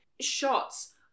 shots